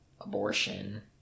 abortion